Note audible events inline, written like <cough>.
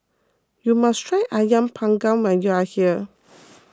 you must try Ayam Panggang when you are here <noise>